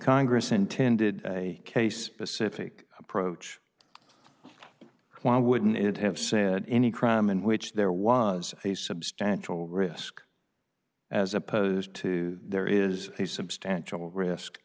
congress intended a case pacific approach why wouldn't it have said any crime in which there was a substantial risk as opposed to there is a substantial risk